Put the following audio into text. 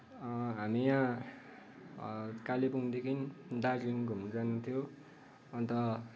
हामी यहाँ कालिम्पोङदेखि दार्जिलिङ घुम्न जान थियो अन्त